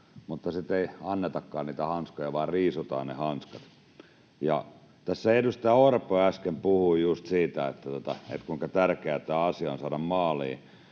mutta sitten ei annetakaan niitä hanskoja vaan riisutaan ne hanskat. Tässä edustaja Orpo äsken puhui just siitä, kuinka tärkeää tämä asia on saada maaliin.